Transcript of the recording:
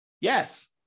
Yes